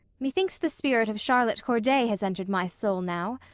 methinks the spirit of charlotte corday has entered my soul now.